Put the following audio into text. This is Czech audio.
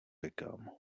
říkám